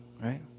right